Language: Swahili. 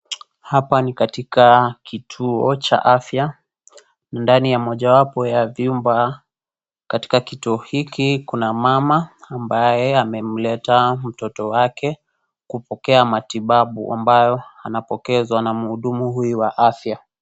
Hapa ni katika kituo cha afya, ndani ya moja wapo ya vyumba katika kituo hiki kuna mama ambaye amemleta mtoto wake kupokea matibabu ambayo anapokezwa na mhudumu huyu wa afya.